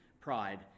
pride